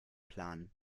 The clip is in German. plan